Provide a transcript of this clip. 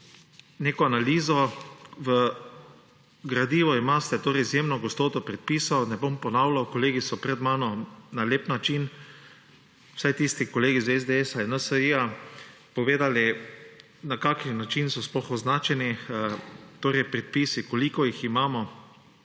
neko analizo. V gradivu imate torej izjemno gostoto predpisov, ne bom ponavljal, kolegi so pred mano na lep način, vsaj tisti kolegi iz SDS-a in NSi-ja, povedali, na kakšen način so sploh označeni predpisi, koliko jih imamo.